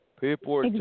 people